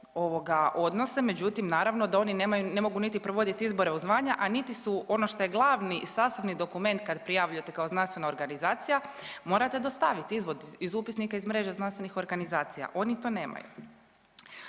odnose, međutim naravno da oni ne mogu niti provoditi izbore u zvanja, a niti su ono što je glavni i sastavni dokument kad prijavljujete kao znanstvena organizacija morate dostaviti izvod iz Upisnika iz mreže znanstvenih organizacija. Oni to nemaju.